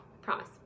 Promise